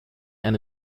and